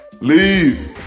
Leave